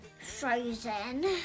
Frozen